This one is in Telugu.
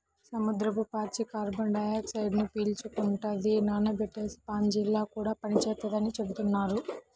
సముద్రపు పాచి కార్బన్ డయాక్సైడ్ను పీల్చుకుంటది, నానబెట్టే స్పాంజిలా కూడా పనిచేత్తదని చెబుతున్నారు